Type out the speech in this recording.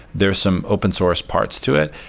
there are some open source parts to it.